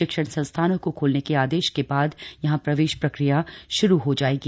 शिक्षण संस्थानों को खोलने के आदेश के बाद यहां प्रवेश प्रक्रिया श्रू हो जाएगी